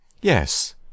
Yes